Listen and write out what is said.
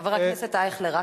חבר הכנסת אייכלר,